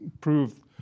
proved